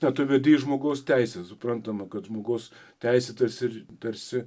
na tu vedi į žmogaus teises suprantama kad žmogus teisėtas ir tarsi